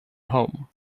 home